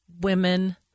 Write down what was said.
women